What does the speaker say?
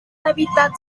hábitat